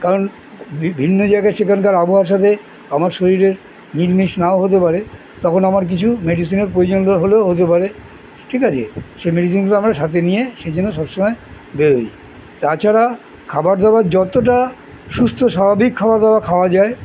কারণ ভিন্ন জায়গায় সেখানকার আবহাওয়ার সাথে আমার শরীরের মিলমিশ নাও হতে পারে তখন আমার কিছু মেডিসিনের প্রয়োজনীয়তা হলেও হতে পারে ঠিক আছে সেই মেডিসিনগুলো আমরা সাথে নিয়ে সেই জন্য সবসময় বেরোই তাছাড়া খাবার দাবার যতটা সুস্থ স্বাভাবিক খাবার দাবার খাওয়া যায়